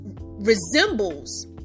resembles